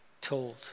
told